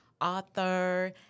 author